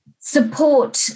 support